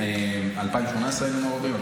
ב-2018 היינו מעורבים.